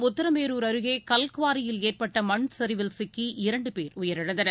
உத்திரமேரூர் அருகேகல்குவாரியில் ஏற்பட்டமண்சரிவில் சிக்கி இரண்டுபேர் உயிரிழந்தனர்